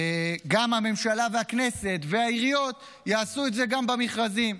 וגם שהממשלה והכנסת והעיריות יעשו את זה במכרזים.